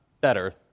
better